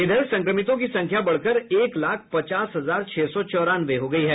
इधर संक्रमितों की संख्या बढ़कर एक लाख पचास हजार छह सौ चौरानवे हो गयी है